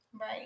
Right